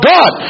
God